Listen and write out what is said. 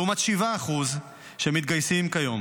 לעומת 7% שמתגייסים כיום.